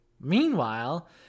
Meanwhile